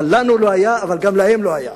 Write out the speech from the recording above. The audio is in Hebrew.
אבל לנו לא היה, וגם להם לא היה.